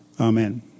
Amen